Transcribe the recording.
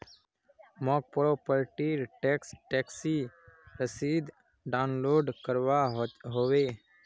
मौक प्रॉपर्टी र टैक्स टैक्सी रसीद डाउनलोड करवा होवे